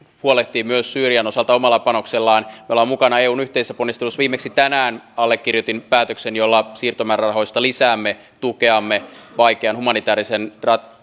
huolehtii myös syyrian osalta omalla panoksellaan me olemme mukana eun yhteisissä ponnisteluissa viimeksi tänään allekirjoitin päätöksen jolla siirtomäärärahoista lisäämme tukeamme vaikean humanitäärisen